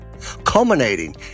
culminating